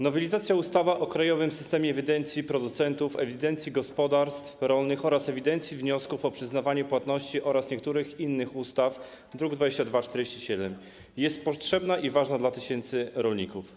Nowelizacja ustawy o krajowym systemie ewidencji producentów, ewidencji gospodarstw rolnych oraz ewidencji wniosków o przyznanie płatności oraz niektórych innych ustaw, druk nr 2247, jest potrzebna i ważna dla tysięcy rolników.